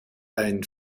ein